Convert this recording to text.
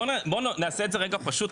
בואו נעשה את זה רגע פשוט,